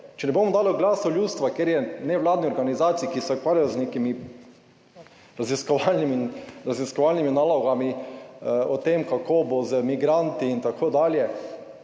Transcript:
Če ne bomo dali Glasu ljudstva, nevladnih organizacij, ki se ukvarjajo z nekimi raziskovalnimi nalogami o tem, kako bo z migranti in tako dalje.